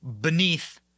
beneath